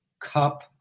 Cup